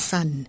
Sun